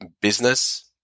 business